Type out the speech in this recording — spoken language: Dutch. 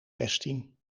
zestien